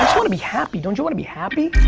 wanna be happy. don't you wanna be happy?